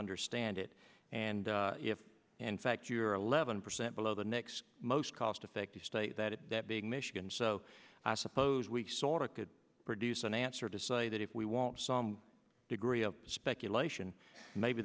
understand it and if in fact you are eleven percent below the next most cost effective state that is that big michigan so i suppose we sorta could produce an answer to say that if we want some degree of speculation maybe